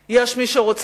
יש מי שלא מכיר בקיומנו,